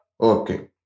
Okay